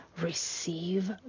receive